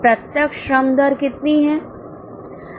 प्रत्यक्ष श्रम दर कितनी है